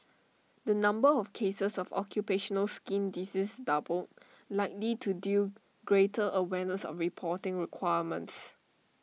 the number of cases of occupational skin disease doubled likely to due greater awareness of reporting requirements